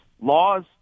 laws